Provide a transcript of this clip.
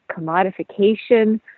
commodification